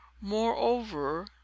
moreover